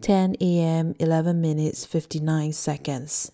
ten A M eleven minutes fifty nine Seconds